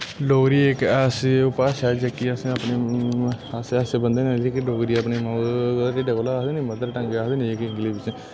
डोगरी इक ऐसी भाशा ऐ जेह्की असें अपने असें ऐसे ऐसे बंदे न कि डोगरी अपनी माऊ दे टिड्डे कोला आखदे नि मदरटंग जेह्की इंग्लिश बिच्च